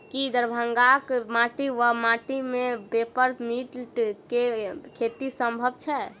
की दरभंगाक माटि वा माटि मे पेपर मिंट केँ खेती सम्भव छैक?